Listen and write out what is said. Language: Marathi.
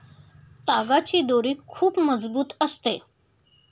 तागाची दोरी खूप मजबूत असते